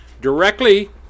directly